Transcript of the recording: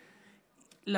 לגמרי.